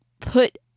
put